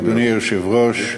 אדוני היושב-ראש,